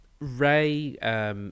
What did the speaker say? Ray